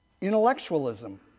intellectualism